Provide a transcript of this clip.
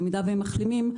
אם הם מחלימים,